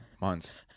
months